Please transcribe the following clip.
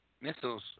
Missiles